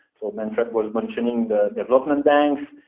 so manfred was mentioning the development banks,